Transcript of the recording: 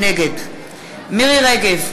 נגד מירי רגב,